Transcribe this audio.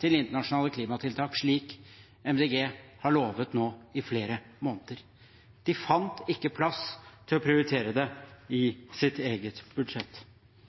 til internasjonale klimatiltak, slik Miljøpartiet De Grønne har lovet nå i flere måneder. De fant ikke plass til å prioritere det i sitt eget budsjett.